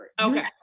Okay